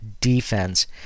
defense